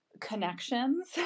connections